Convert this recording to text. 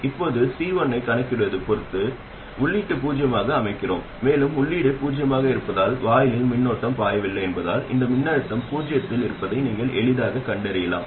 இப்போது C2 ஐக் கணக்கிடுவதைப் பொறுத்த வரையில் உள்ளீட்டை பூஜ்ஜியமாக அமைக்கிறோம் மேலும் உள்ளீடு பூஜ்ஜியமாக இருப்பதால் வாயிலில் மின்னோட்டம் பாயவில்லை என்பதால் இந்த மின்னழுத்தம் பூஜ்ஜியத்தில் இருப்பதை நீங்கள் எளிதாகக் கண்டறியலாம்